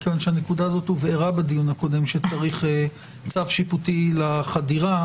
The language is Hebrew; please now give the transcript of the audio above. מכיוון שהנקודה הזאת הובהרה בדיון הקודם שצריך צו שיפוטי לחדירה